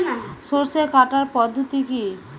সরষে কাটার পদ্ধতি কি?